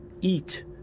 Eat